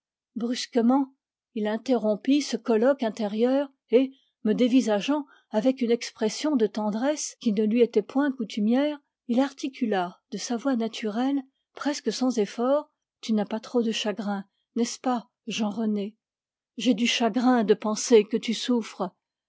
brusquement il interrompit ce colloque intérieur et me dévisageant avec une expression de tendresse qui ne lui était point coutumière il articula de sa voix naturelle presque sans effort tu n'as pas trop de chagrin n'est-ce pas jean rené j'ai du chagrin de penser que tu souffres